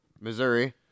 Missouri